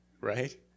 right